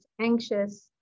anxious